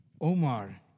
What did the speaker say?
Omar